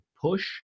push